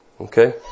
Okay